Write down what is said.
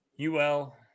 ul